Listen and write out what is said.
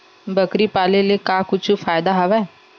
बकरी पाले ले का कुछु फ़ायदा हवय?